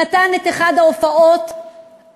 נתן את אחת ההופעות המרגשות,